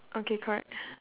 okay correct